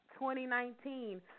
2019